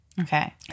Okay